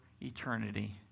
eternity